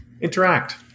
Interact